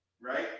Right